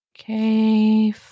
Okay